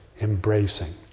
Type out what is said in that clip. embracing